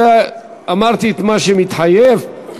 אמרתי מה שמתחייב.